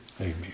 Amen